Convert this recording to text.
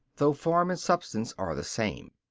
though form and substance are the same.